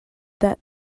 that